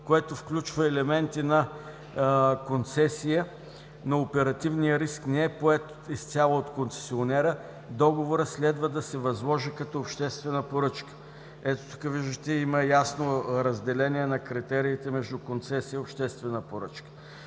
което включва елементи на концесия, но оперативният риск не е поет изцяло от концесионера, договорът следва да се възложи като обществена поръчка. Ето, тук виждате – има ясно разделение на критериите между концесия и обществена поръчка.